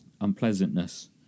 unpleasantness